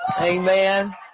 Amen